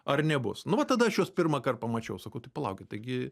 ar nebus nu va tada aš juos pirmąkart pamačiau sakau tai palaukit taigi